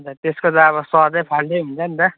अन्त त्यस्को त अब स्वादै फाल्टै हुन्छ नि त